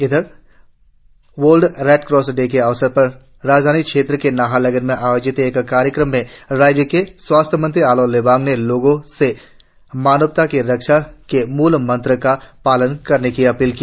इधर World Red Cross Day के अवसर पर राजधानी क्षेत्र के नाहरलगुन में आयोजित एक कार्यक्रम में राज्य के स्वास्थ्य मंत्री आलो लिबांग ने लोगों से मानवाता की रक्षा का मूलमंत्र का पालन करने की अपील की